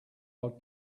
are